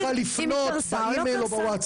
היא לא צריכה לפנות באימייל או בוואטסאפ,